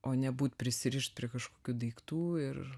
o nebūt prisirišt prie kažkokių daiktų ir